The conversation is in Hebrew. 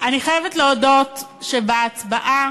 אני חייבת להודות שבהצבעה